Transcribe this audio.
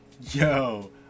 yo